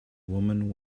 woman